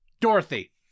Dorothy